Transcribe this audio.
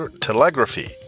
telegraphy